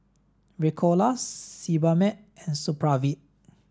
Ricola Sebamed and Supravit